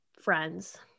friends